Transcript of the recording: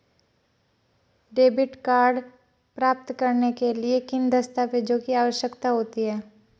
Debit card प्राप्त करने के लिए किन दस्तावेज़ों की आवश्यकता होती है?